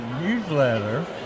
newsletter